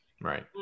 Right